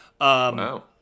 Wow